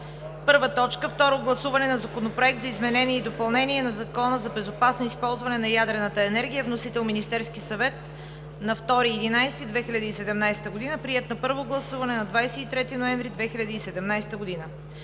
2017 г. 1. Второ гласуване на Законопроекта за изменение и допълнение на Закона за безопасно използване на ядрената енергия. Вносител – Министерският съвет, на 2 ноември 2017 г. Приет е на първо гласуване на 23 ноември 2017 г.